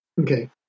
okay